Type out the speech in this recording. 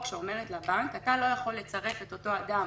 שאומרת לבנק - אתה לא יכול לצרף את אותו אדם